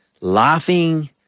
laughing